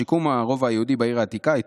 הוא אמר: "שיקום הרובע היהודי בעיר העתיקה רק